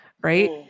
right